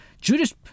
Judas